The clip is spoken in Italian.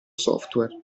software